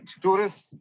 Tourists